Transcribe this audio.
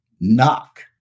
Knock